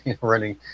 running